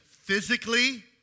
physically